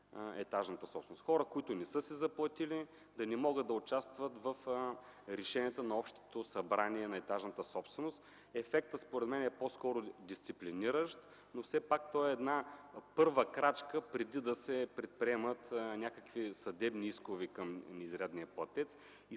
етажната собственост – хората, които не са си заплатили, да не могат да участват в решенията на общото събрание на етажната собственост. Ефектът според мен е по-скоро дисциплиниращ, но все пак той е една първа крачка, преди да се предприемат някакви съдебни искове към неизрядния платец.